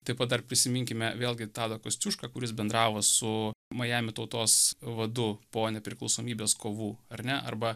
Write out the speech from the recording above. taip pat dar prisiminkime vėlgi tadą kosciušką kuris bendravo su majamio tautos vadu po nepriklausomybės kovų ar ne arba